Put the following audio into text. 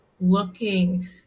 looking